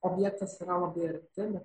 objektas yra labai arti